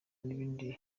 n’ibindi